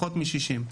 פחות מ-60,